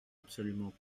absolument